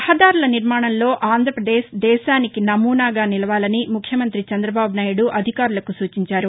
రహదారుల నిర్మాణంలో ఆంధ్రాపదేశ్ దేశానికి నమూనాగా నిలవాలని ముఖ్యమంతి చంద్రబాబునాయుదు అధికారులకు సూచించారు